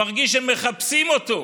מרגיש שמחפשים אותו.